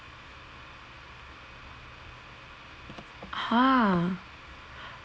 !huh!